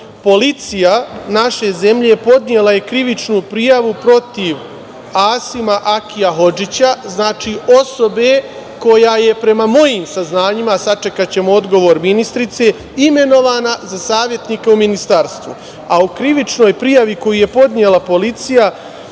Policija naše zemlje podnela je krivičnu prijavu protiv Asima Akija Hodžića. Znači, osobe koja je prema mojim saznanjima, sačekaćemo odgovor ministarke, imenovana za savetnika u Ministarstvu, a u krivičnoj prijavi koji je podnela policija